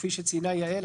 כפי שציינה יעל,